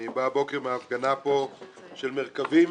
אני בא הבוקר מהפגנה פה של "מרכבים".